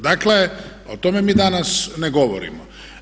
Dakle o tome mi danas ne govorimo.